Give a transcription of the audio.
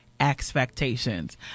expectations